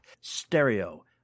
Stereo